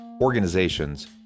organizations